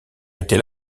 était